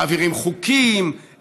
מעבירים חוקים,